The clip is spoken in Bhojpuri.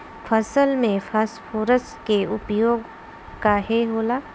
फसल में फास्फोरस के उपयोग काहे होला?